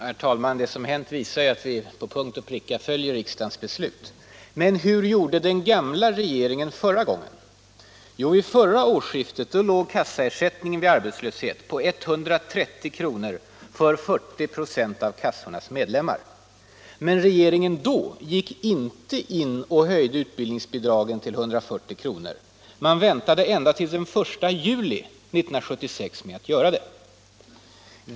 Herr talman! Det som hänt visar att vi till punkt och pricka följer riksdagens beslut. Men hur gjorde den gamla regeringen förra gången? Jo, vid förra årsskiftet låg kassaersättningen vid arbetslöshet på 130 kr. för 40 96 av kassornas medlemmar. Men regeringen höjde då inte utbildningsbidragen till 140 kr. utan väntade ända till den 1 juli 1976 med att göra det.